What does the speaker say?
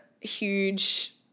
huge